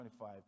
25